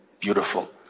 Beautiful